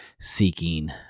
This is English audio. seeking